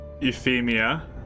Euphemia